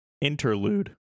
Interlude